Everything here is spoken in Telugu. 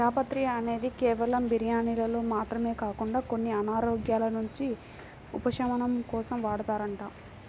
జాపత్రి అనేది కేవలం బిర్యానీల్లో మాత్రమే కాకుండా కొన్ని అనారోగ్యాల నుంచి ఉపశమనం కోసం వాడతారంట